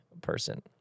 person